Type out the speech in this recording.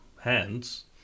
hands